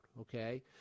Okay